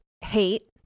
hate